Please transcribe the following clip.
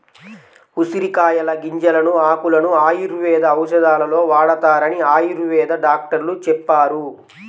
ఉసిరికాయల గింజలను, ఆకులను ఆయుర్వేద ఔషధాలలో వాడతారని ఆయుర్వేద డాక్టరు చెప్పారు